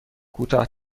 کوتاه